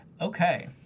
Okay